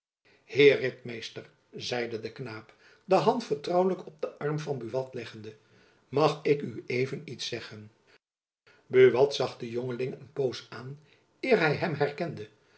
ritmeester zeide de knaap de hand vertrouwelijk op den arm van buat leggende mag ik u even iets zeggen buat zag den jongeling een poos aan eer hy hem herkende